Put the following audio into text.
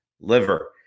liver